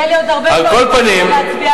יהיו לי עוד הרבה דברים, להצביע עליהם נגד.